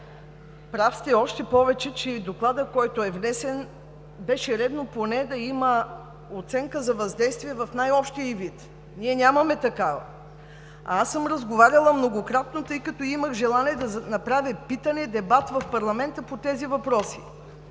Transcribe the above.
прав сте, още повече в доклада, който е внесен, беше редно да има поне оценка за въздействие в най-общия ѝ вид. Ние нямаме такава, а аз съм разговаряла многократно, тъй като имах желание да направя питане, дебат в парламента по тези въпроси.